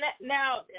now